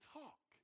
talk